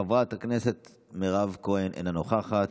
חברת הכנסת מירב כהן, אינה נוכחת,